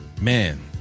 Man